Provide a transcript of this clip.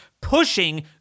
pushing